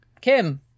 Kim